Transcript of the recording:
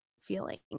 feeling